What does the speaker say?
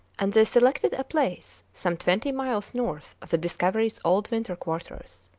and they selected a place some twenty miles north of the discovery's old winter quarters.